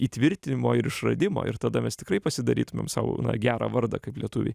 įtvirtinimo ir išradimo ir tada mes tikrai pasidarytumėm sau gerą vardą kaip lietuviai